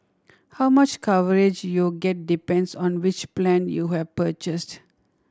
how much coverage you get depends on which plan you have purchased